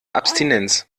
abstinenz